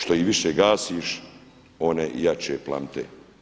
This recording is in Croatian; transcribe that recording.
Što ih više gasiš, one jače plamte.